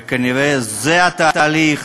וזה התהליך,